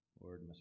Lord